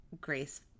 Grace